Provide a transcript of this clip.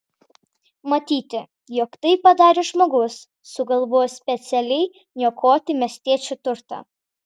matyti jog tai padarė žmogus sugalvojęs specialiai niokoti miestiečių turtą